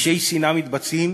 פשעי שנאה מתבצעים